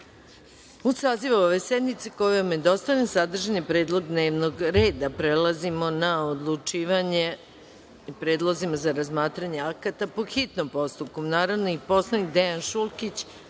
sazivu ove sednice, koji vam je dostavljen, sadržan je predlog dnevnog reda sednice. Prelazimo na odlučivanje o predlozima za razmatranje akata po hitnom postupku. Narodni poslanici Dejan Šulkić,